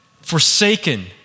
forsaken